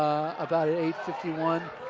about eight fifty one.